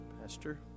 Pastor